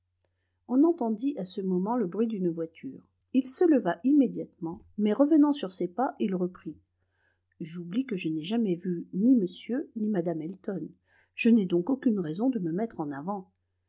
on entendit à ce moment le bruit d'une voiture il se leva immédiatement mais revenant sur ses pas il reprit j'oublie que je n'ai jamais vu ni m ni mme elton je n'ai donc aucune raison de me mettre en avant